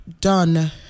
done